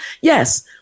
Yes